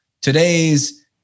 today's